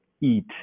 eat